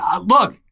Look